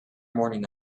morning